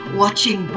watching